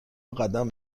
قدم